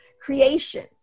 creation